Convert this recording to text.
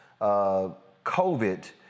COVID